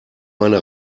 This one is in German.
meine